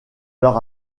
leur